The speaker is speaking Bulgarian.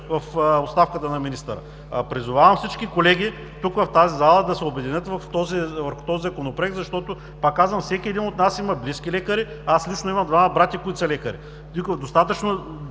в оставката на министъра. Призовавам всички колеги тук, в тази зала, да се обединят върху този Законопроект, защото, пак казвам, всеки един от нас има близки лекари. Лично аз имам двама братя, които са лекари. В тази